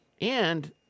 And-